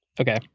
okay